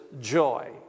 joy